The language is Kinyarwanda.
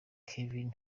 calvin